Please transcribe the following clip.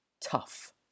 tough